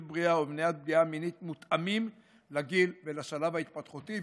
בריאה ולמניעת פגיעה מינית המותאמים לגיל ולשלב ההתפתחותי.